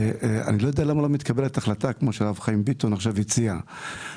אני לא למה לא מתקבלת החלטה כמו שהרב חיים ביטון הציע עכשיו.